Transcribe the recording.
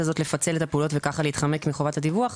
לפצל פעולות וכך להתחמק מחובות הדיווח,